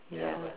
ya